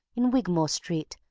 in wigmore street,